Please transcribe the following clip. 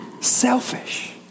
Selfish